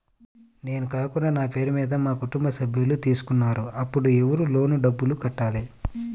నేను కాకుండా నా పేరు మీద మా కుటుంబ సభ్యులు తీసుకున్నారు అప్పుడు ఎవరు లోన్ డబ్బులు కట్టాలి?